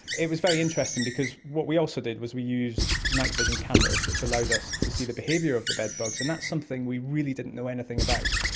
it was very interesting because what we also did was we used nightvision cameras which allowed us to see the behaviour of the bedbugs, and that's something we really didn't know anything about.